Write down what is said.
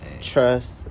trust